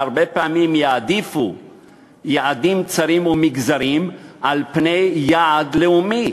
והרבה פעמים יעדיפו יעדים צרים ומגזריים על-פני יעד לאומי,